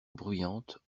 bruyante